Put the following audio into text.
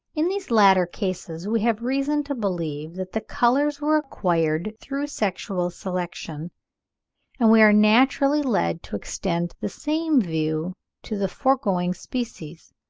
in these latter cases we have reason to believe that the colours were acquired through sexual selection and we are naturally led to extend the same view to the foregoing species,